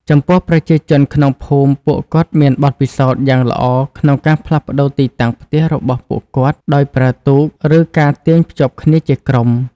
ចំពោះ ប្រជាជនក្នុងភូមិពួកគាត់មានបទពិសោធន៍យ៉ាងល្អក្នុងការផ្លាស់ប្ដូរទីតាំងផ្ទះរបស់ពួកគាត់ដោយប្រើទូក ឬការទាញភ្ជាប់គ្នាជាក្រុម។